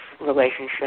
relationship